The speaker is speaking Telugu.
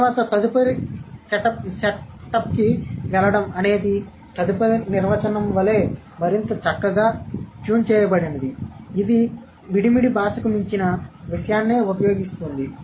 తర్వాత తదుపరి సెటప్కి వెళ్లడం అనేది తదుపరి నిర్వచనం వలె మరింత చక్కగా ట్యూన్ చేయబడినది ఇది మిడిమిడి భాషకు మించిన విషయాన్నే ఉపయోగిస్తుంది